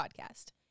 podcast